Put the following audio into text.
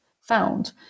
found